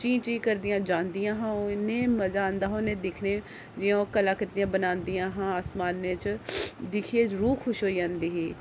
चीं चीं करदियां जंदियां हां इन्ना मजा औंदा हा दिखने च ओह् कला कृतियां बनांदियां हियां आसमानै च दिक्खी ऐ रू खुश होई आंदी ही